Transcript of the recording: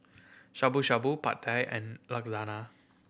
Shabu Shabu Pad Thai and Lasagna